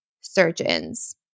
surgeons